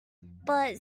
but